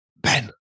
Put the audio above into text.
Ben